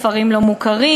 כפרים לא מוכרים.